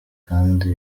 kandi